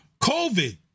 COVID